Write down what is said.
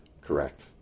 Correct